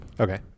okay